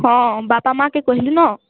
ହଁ ବାପା ମାଆକେ କହେଲୁ ନ